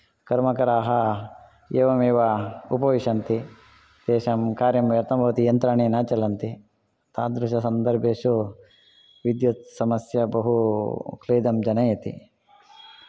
कर्मकराः एवमेव उपविशन्ति तेषां कार्यं व्यर्थं भवति यन्त्राणि न चलन्ति तादृशसन्दर्भेषु विद्युत् समस्या बहु खेदं जनयति